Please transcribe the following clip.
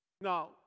Now